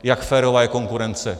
Jak férová je konkurence.